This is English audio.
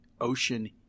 ocean